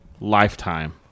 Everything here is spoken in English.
lifetime